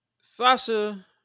Sasha